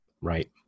Right